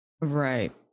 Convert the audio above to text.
Right